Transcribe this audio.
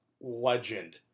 legend